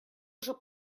уже